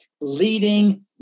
leading